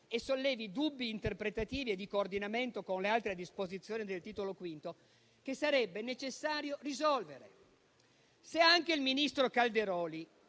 e sollevi dubbi interpretativi e di coordinamento con le altre disposizioni del Titolo V che sarebbe necessario risolvere. Se anche il ministro Calderoli